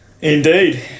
Indeed